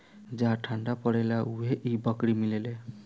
जहा ठंडा परेला उहे इ बकरी मिलेले